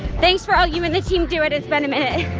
thanks for all you and the team do at it's been a minute